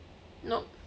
nope